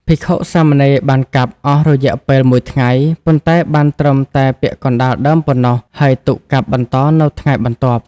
ភិក្ខុ-សាមណេរបានកាប់អស់រយៈពេលមួយថ្ងៃ ប៉ុន្តែបានត្រឹមតែពាក់កណ្តាលដើមប៉ុណ្ណោះ ហើយទុកកាប់បន្តនៅថ្ងៃបន្ទាប់។